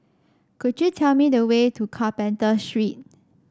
could you tell me the way to Carpenter Street